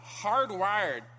hardwired